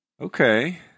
Okay